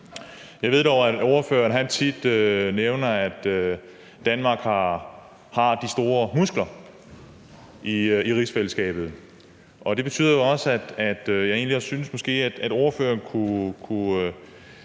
Jeg ved dog, at ordføreren tit nævner, at Danmark har de store muskler i rigsfællesskabet, og derfor ville jeg